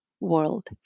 world